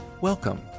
Welcome